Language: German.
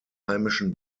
heimischen